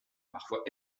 parfois